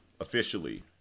officially